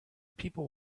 people